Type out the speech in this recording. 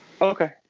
okay